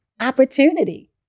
opportunity